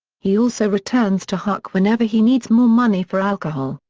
he also returns to huck whenever he needs more money for alcohol.